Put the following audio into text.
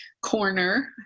corner